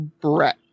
Brett